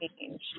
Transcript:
change